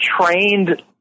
trained